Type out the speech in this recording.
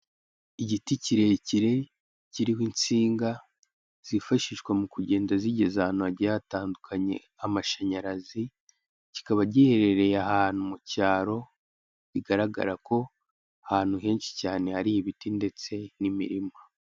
Igiti kirekire kiriho insinga zifashishwa mu kugenda zigeza ahantu hagiye hatandukanye amashanyarazi, kikaba giherereye ahantu mu cyaro bigaragara ko ahantu henshi cyane hari ibiti ndetse n'imirima.